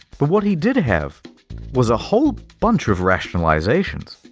but what he did have was a whole bunch of rationalizations.